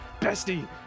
bestie